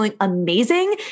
amazing